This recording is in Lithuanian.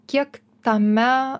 kiek tame